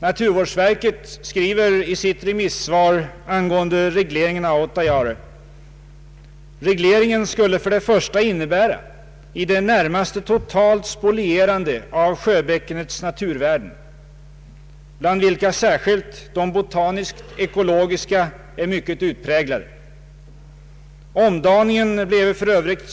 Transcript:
Naturvårdsverket skriver i sitt remissvar angående regleringen av Autajaure: ”Regleringen skulle för det första innebära i det närmaste totalt spolierande av sjöbäckenets naturvärden, bland vilka särskilt de botanisk-ekologiska är mycket utpräglade. Omdaningen bleve f.ö.